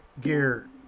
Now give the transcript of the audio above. gear